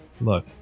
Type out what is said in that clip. Look